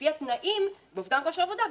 לפי התנאים באובדן כושר עבודה,